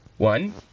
One